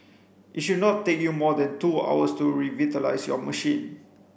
it should not take you more than two hours to revitalise your machine